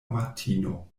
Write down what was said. amatino